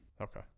Okay